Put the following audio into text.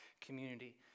community